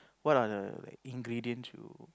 what are the like ingredients you